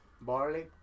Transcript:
Barley